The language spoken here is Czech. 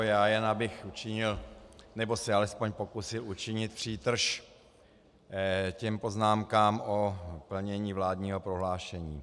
Já jen abych učinil, nebo se alespoň pokusil učinit přítrž těm poznámkám o plnění vládního prohlášení.